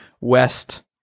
west